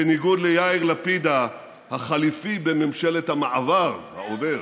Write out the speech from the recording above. בניגוד ליאיר לפיד החליפי בממשלת המעבר, העובר,